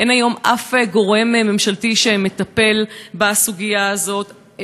אין היום אף גורם ממשלתי שמטפל בסוגיה הזאת,